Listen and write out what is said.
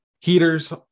Heaters